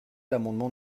l’amendement